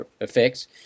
effects